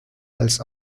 als